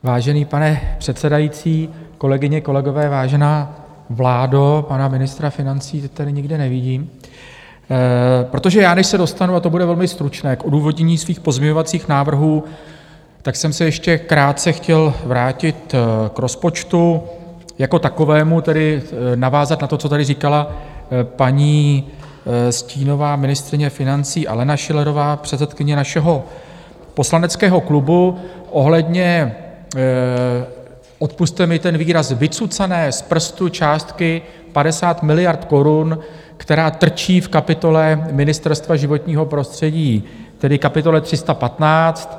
Vážený pane předsedající, kolegyně, kolegové, vážená vládo pana ministra financí, tady nikde nevidím protože já, než se dostanu, a to bude velmi stručné, k odůvodnění svých pozměňovacích návrhů, jsem se ještě krátce chtěl vrátit k rozpočtu jako takovému, tedy navázat na to, co tady říkala paní stínová ministryně financí Alena Schillerová, předsedkyně našeho poslaneckého klubu, ohledně odpusťte mi ten výraz vycucané z prstu částky 50 miliard korun, která trčí v kapitole Ministerstva životního prostředí, tedy kapitole 315.